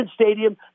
Stadium